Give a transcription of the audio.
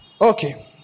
okay